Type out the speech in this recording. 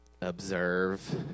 observe